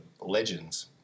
legends